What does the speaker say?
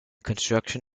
construction